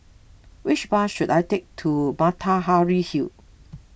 which bus should I take to Matahari Hall